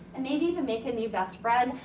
and maybe even make a new best friend.